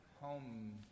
home